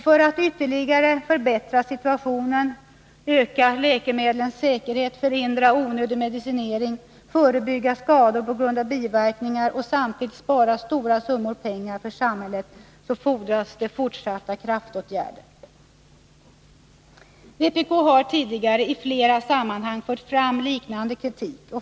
För att ytterligare förbättra situationen, öka läkemedlens säkerhet, förhindra onödig medicinering, förebygga skador på grund av biverkningar och samtidigt spara stora summor pengar till samhället fordras fortsatta kraftåtgärder. Vpk har tidigare i flera sammanhang fört fram liknande kritik.